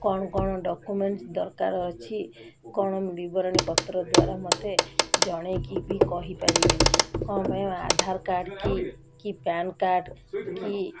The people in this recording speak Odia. କ'ଣ କ'ଣ ଡକୁ୍ମେଣ୍ଟସ ଦରକାର ଅଛି କଣ ବିବରଣୀ ପତ୍ର ଦ୍ୱାରା ମୋତେ ଜଣେଇକି ବି କହିପାରିବେ କଣ ପାଇଁ ଆଧାର କାର୍ଡ଼ କି କି ପ୍ୟାନ୍ କାର୍ଡ଼ କି